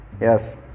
Yes